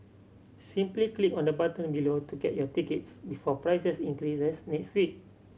simply click on the button below to get your tickets before prices increase next week